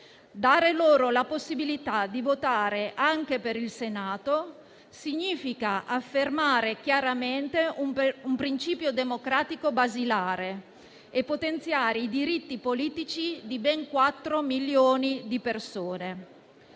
Dare loro la possibilità di votare anche per il Senato significa affermare chiaramente un principio democratico basilare e potenziare i diritti politici di ben quattro milioni di persone.